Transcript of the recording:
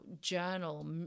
journal